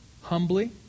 humbly